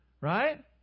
right